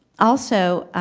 also,